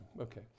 Okay